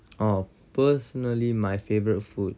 oh personally my favourite food